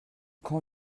quand